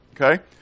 Okay